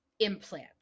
implant